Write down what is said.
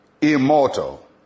immortal